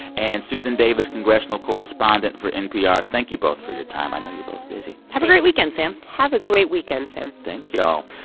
and susan davis, congressional correspondent for npr. thank you both for your time. i know you're both busy have a great weekend, sam have a great weekend, sam thank y'all.